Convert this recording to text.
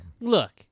Look